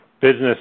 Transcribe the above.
business